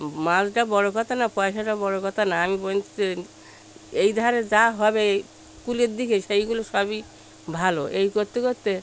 মাছটা বড় কথা না পয়সাটা বড় কথা না আমি বলছি যে এই ধারে যা হবে কূলের দিকে সেইগুলো সবই ভালো এই করতে করতে